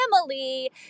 family